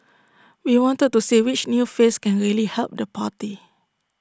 we wanted to see which new face can really help the party